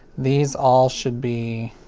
these all should be